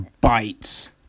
bites